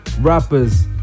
rappers